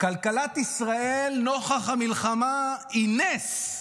כלכלת ישראל נוכח המלחמה היא נס.